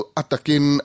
atakin